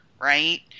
right